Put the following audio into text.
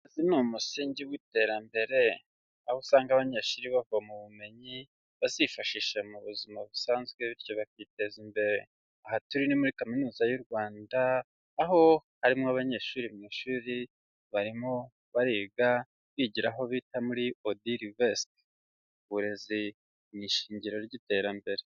Akazi ni umusingi w'iterambere, aho usanga abanyeshuri bavoma ubumenyi bazifashisha mu buzima busanzwe bityo bakiteza imbere, aha turi ni muri Kaminuza y'u Rwanda, aho harimo abanyeshuri mu ishuri, barimo bariga bigira aho bita muri odilivesike, uburezi ni ishingiro ry'iterambere.